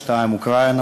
2. אוקראינה,